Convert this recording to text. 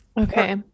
Okay